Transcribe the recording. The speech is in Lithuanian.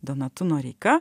donatu noreika